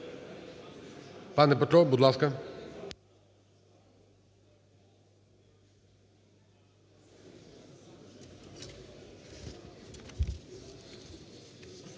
Пане Петро, будь ласка.